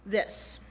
this.